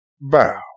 bow